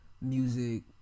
music